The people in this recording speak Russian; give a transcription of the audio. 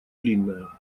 длинная